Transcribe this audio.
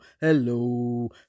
hello